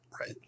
right